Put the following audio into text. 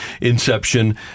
inception